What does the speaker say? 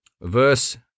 Verse